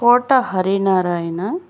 Kota Hari Narayana